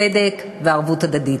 צדק וערבות הדדית.